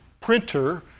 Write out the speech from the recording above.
printer